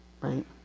right